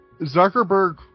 Zuckerberg